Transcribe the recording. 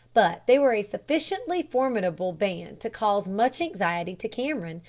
but they were a sufficiently formidable band to cause much anxiety to cameron,